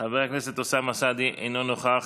חבר הכנסת אוסאמה סעדי, אינו נוכח,